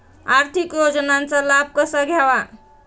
आर्थिक योजनांचा लाभ कसा घ्यावा?